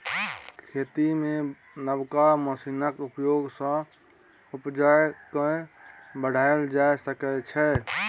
खेती मे नबका मशीनक प्रयोग सँ उपजा केँ बढ़ाएल जा सकै छै